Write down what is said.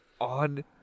on